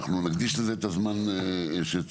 אנחנו נקדיש לזה את הזמן שצריך.